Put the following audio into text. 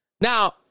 Now